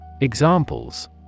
Examples